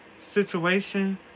situation